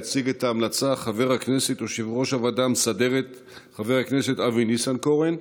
יציג את ההמלצה יושב-ראש הוועדה המסדרת חבר הכנסת אבי ניסנקורן.